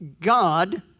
God